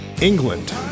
England